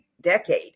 decade